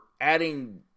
adding